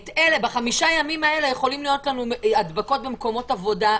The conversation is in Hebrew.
את אלה בחמישה ימים האלה יכולים להיות לנו הדבקות במקומות עבודה נרחבים,